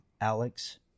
Alex